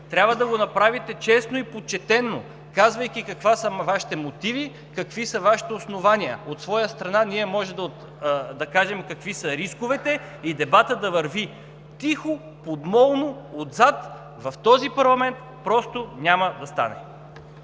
трябва да го направите честно и почтено, казвайки какви са Вашите мотиви, какви са Вашите основания. От своя страна, ние можем да кажем какви са рисковете и дебатът да върви. Тихо, подмолно, отзад в този парламент – просто няма да стане.